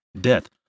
death